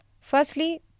Firstly